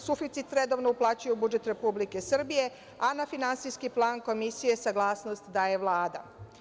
Suficit redovno uplaćuju u budžet Republike Srbije, a na Finansijski plan Komisije saglasnost daje Vlada.